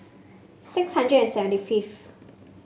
six hundred and seventy fifth